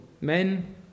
men